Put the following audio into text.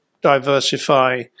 diversify